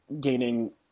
gaining